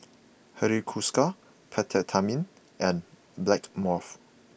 Hiruscar Peptamen and Blackmores